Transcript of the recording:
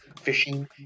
fishing